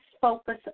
focus